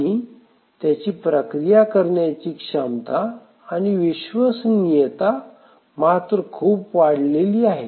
आणि त्याची प्रक्रिया करण्याची क्षमता आणि विश्वसनीयता मात्र खूप वाढलेली आहे